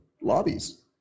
lobbies